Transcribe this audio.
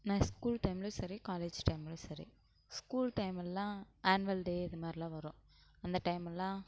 நான் ஸ்கூல் டைம்லையும் சரி காலேஜ் டைம்லையும் சரி ஸ்கூல் டைம் எல்லாம் ஆன்வல் டே இதுமாதிரிலாம் வரும் அந்த டைம் எல்லாம்